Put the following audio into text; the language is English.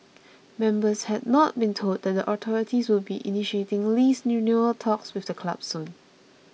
members had not been told that the authorities would be initiating lease renewal talks with the club soon